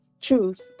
truth